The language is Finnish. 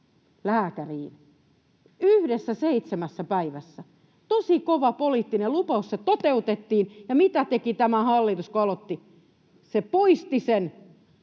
lääkäriin 1—7 päivässä — tosi kova poliittinen lupaus. Se toteutettiin, ja mitä teki tämä hallitus, kun aloitti? Se poisti sen,